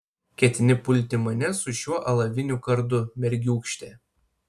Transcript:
ketini pulti mane su šiuo alaviniu kardu mergiūkšte